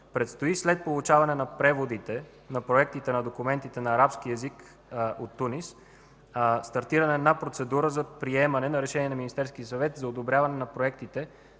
Предстои, след получаване на преводите на проектите на документите от арабски език от Тунис, стартиране на процедура за приемане на решение на Министерския съвет за одобряване на проектите